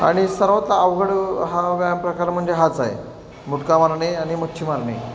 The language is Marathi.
आणि सर्वात अवघड हा व्यायाम प्रकार म्हणजे हाच आहे मुटका मारणे आणि मच्छी मारणे